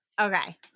Okay